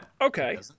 Okay